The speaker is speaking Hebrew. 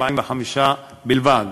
אז המשטרה לא מחליטה איפה להרוס.